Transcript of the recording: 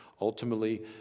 ultimately